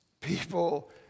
People